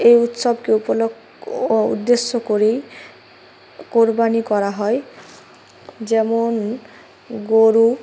এই উৎসবকে উপলক্ষ উদ্দেশ্য করেই কোরবানি করা হয় যেমন গরু